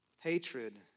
Hatred